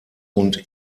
und